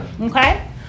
Okay